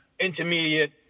intermediate